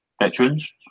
veterans